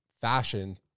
fashion